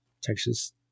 texas